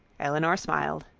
elinor smiled,